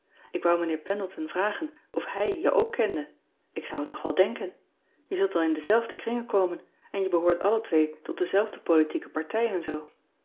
k wou mijnheer endleton vragen of hij je ook kende ik zou het toch wel denken e zult wel in dezelfde kringen komen en je behoort alle twee tot dezelfde politieke partij en zoo